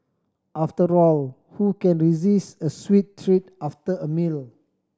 after all who can resist a sweet treat after a meal